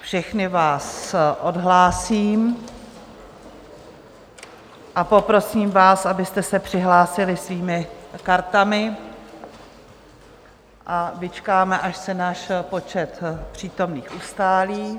Všechny vás odhlásím a poprosím vás, abyste se přihlásili svými kartami, a vyčkáme, až se náš počet přítomných ustálí.